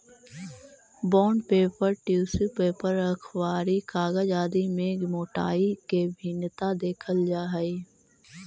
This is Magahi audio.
बॉण्ड पेपर, टिश्यू पेपर, अखबारी कागज आदि में मोटाई के भिन्नता देखल जा हई